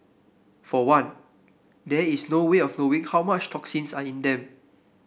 for one there is no way of knowing how much toxins are in them